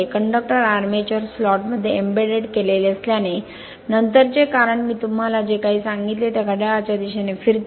हे conductor armature slot मध्ये embed केलेले असल्याने नंतरचे कारण मी तुम्हाला जे काही सांगितले त्या घड्याळाच्या दिशेने फिरते